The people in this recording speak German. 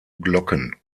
glocken